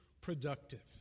productive